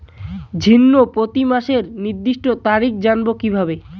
ঋণ প্রতিমাসের নির্দিষ্ট তারিখ জানবো কিভাবে?